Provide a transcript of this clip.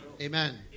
Amen